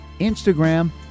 Instagram